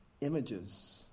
images